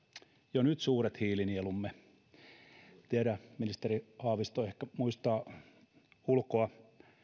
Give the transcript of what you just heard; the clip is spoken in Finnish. jo nyt suuret hiilinielumme ministeri haavisto ehkä muistaa ulkoa